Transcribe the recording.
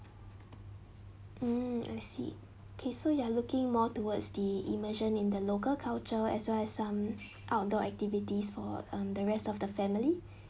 hmm I see okay so you are looking more towards the immersion in the local culture as well as some outdoor activities for um the rest of the family